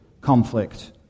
conflict